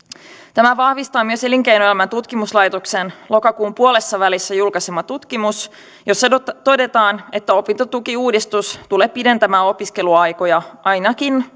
tämän vahvistaa myös elinkeinoelämän tutkimuslaitoksen lokakuun puolessavälissä julkaisema tutkimus jossa todetaan että opintotukiuudistus tulee pidentämään opiskeluaikoja arviolta ainakin